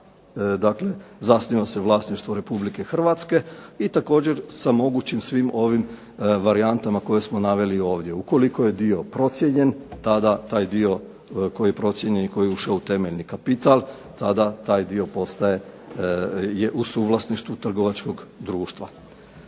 dakle zasniva se vlasništvo Republike Hrvatske i također sa mogućim svim ovim varijantama koje smo naveli ovdje. Ukoliko je dio procijenjen, tada taj dio koji je procijenjen i koji je ušao u temeljni kapital, tada taj dio postaje u suvlasništvu trgovačkog društva.